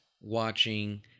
watching